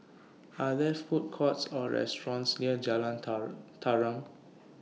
Are There Food Courts Or restaurants near Jalan Tarum